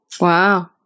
Wow